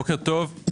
בוקר טוב.